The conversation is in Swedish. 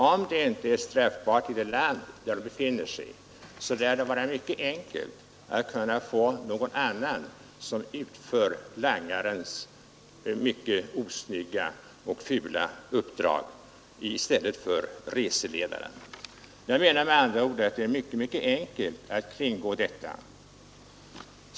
Om den inte är straffbar i det land man befinner sig i, lär det vara mycket enkelt att få någon annan som i stället för reseledaren utför langarens mycket osnygga och fula uppdrag. Jag menar med andra ord att det är mycket enkelt att kringgå herr Ernulfs förslag.